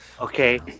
Okay